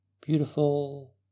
beautiful